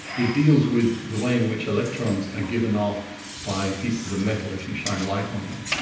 it deals with the way in which electrons are given off by pieces of metal if you shine light on them,